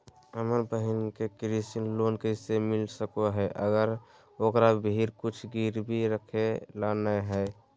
हमर बहिन के कृषि लोन कइसे मिल सको हइ, अगर ओकरा भीर कुछ गिरवी रखे ला नै हइ?